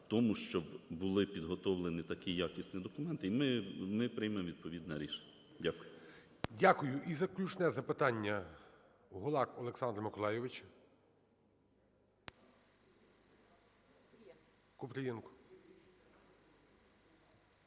у тому, щоб були підготовлені такі якісні документи, і ми приймемо відповідне рішення. Дякую. ГОЛОВУЮЧИЙ. Дякую. І заключне запитання Гулак Олександр Миколайович. Купрієнко.